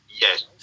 Yes